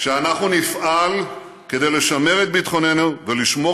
שאנחנו נפעל כדי לשמר את ביטחוננו ולשמור